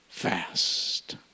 fast